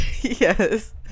yes